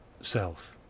self